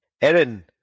Erin